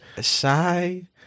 shy